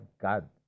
God